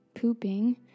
pooping